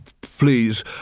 please